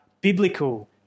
biblical